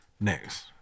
Next